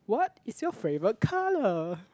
what is your favourite colour